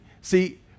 see